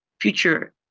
future